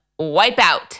Wipeout